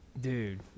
Dude